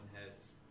heads